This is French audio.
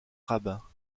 rabbin